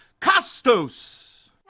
Costos